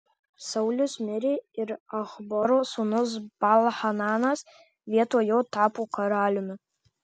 saulius mirė ir achboro sūnus baal hananas vietoj jo tapo karaliumi